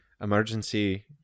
emergency